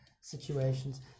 situations